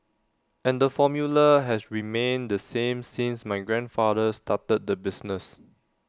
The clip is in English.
and the formula has remained the same since my grandfather started the business